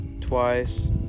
twice